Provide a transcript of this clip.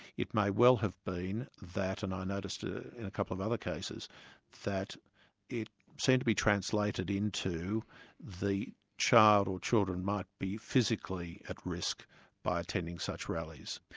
it may well have been that and i noticed ah in a couple of other cases that it seemed to be translated into the child or children might be physically at risk by attending such rallies.